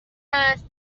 هست